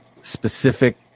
specific